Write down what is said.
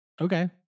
Okay